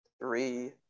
three